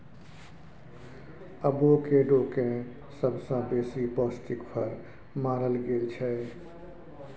avocado केँ सबसँ बेसी पौष्टिक फर मानल गेल छै